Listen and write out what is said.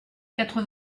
quatre